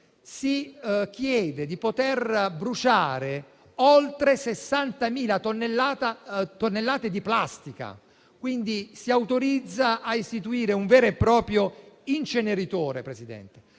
si chiede di poter bruciare oltre 60.000 tonnellate di plastica, quindi si autorizza a istituire un vero e proprio inceneritore. Per tutti